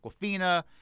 aquafina